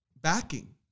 backing